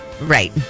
Right